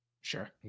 sure